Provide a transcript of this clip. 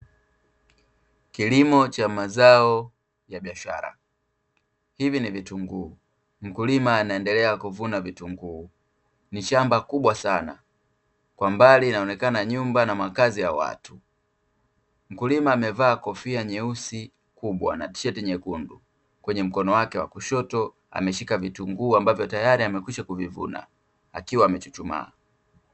Kilimo cha mazao ya biashara. Hivi ni vitunguu, mkulima anaendelea kuvuna vitunguu, nishamba kubwa sana, kwa mbali inaonekana nyumba na makazi ya watu. Mkulima amevaa kofia nyeusi kubwa na tisheti nyekundu kwenye mkono wake wa kushoto ameshika vitunguu ambavyo tayari amekwisha kuvivuna akiwa amechuchumaa.